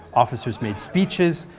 officers made speeches,